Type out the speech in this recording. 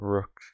Rook